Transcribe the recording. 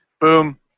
boom